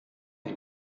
les